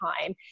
time